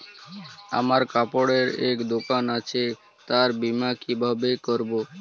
আমার কাপড়ের এক দোকান আছে তার বীমা কিভাবে করবো?